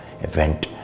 event